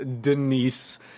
Denise